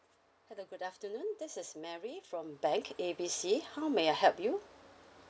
hello good afternoon this is mary from bank A B C how may I help you